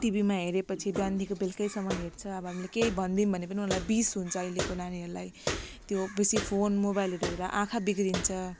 टिभीमा हेरेपछि बिहानदेखि बेलुकैसम्म हेर्छ अब हामीले केही भनिदियौँ भने पनि उनीहरूलाई विष हुन्छ अहिलेको नानीहरूलाई त्यो बेसी फोन मोबाइलहरू हेरेर आँखा बिग्रिन्छ